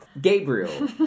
Gabriel